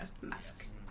mask